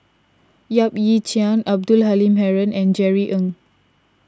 Yap Ee Chian Abdul Halim Haron and Jerry Ng